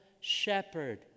shepherd